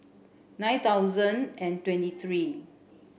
nine thousand and twenty three